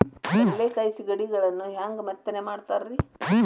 ಕಡಲೆಕಾಯಿ ಸಿಗಡಿಗಳನ್ನು ಹ್ಯಾಂಗ ಮೆತ್ತನೆ ಮಾಡ್ತಾರ ರೇ?